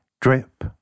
drip